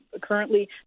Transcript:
currently